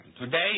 Today